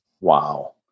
Wow